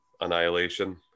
annihilation